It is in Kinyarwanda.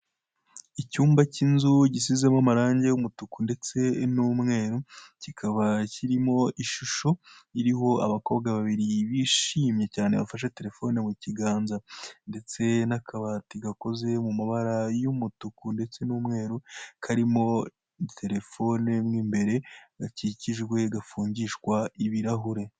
Icyumba cy'inzu gisizemo amarangi y'umutuku ndetse n'umweru, kikaba kirimo ishusho iriho abakobwa babiri bishimye cyane bafashe telefoni mu kiganza ndetse n'akabati gakoze mu mabara y'umutuku ndetse n'umweru karimo terefone mo imbere gakikijwe gafungishwa ibirahure.